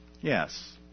Yes